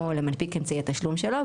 או למנפיק אמצעי התשלום שלו,